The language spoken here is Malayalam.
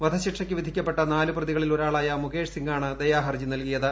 വധശിക്ഷയ്ക്ക് വിധിക്കപ്പെട്ട നാലു പ്രതികളിൽ ഒരാളായ മുകേഷ് സിംഗാണ് ദയാഹർജി ്നൽകിയത്